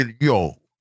Yo